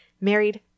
married